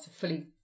fully